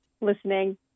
listening